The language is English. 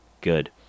good